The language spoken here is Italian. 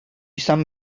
san